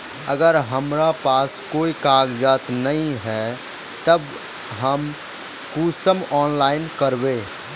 अगर हमरा पास कोई कागजात नय है तब हम कुंसम ऑनलाइन करबे?